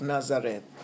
Nazareth